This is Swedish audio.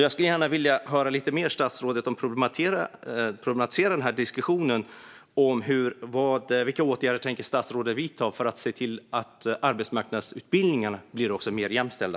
Jag skulle gärna vilja höra statsrådet problematisera lite mer när det gäller vilka åtgärder han tänker vidta för att se till att arbetsmarknadsutbildningarna blir mer jämställda.